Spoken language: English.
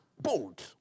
bold